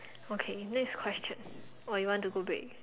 okay next question or you want to go break